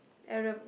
Arab